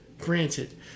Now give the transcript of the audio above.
Granted